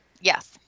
yes